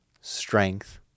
strength